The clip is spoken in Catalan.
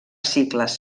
cicles